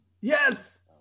Yes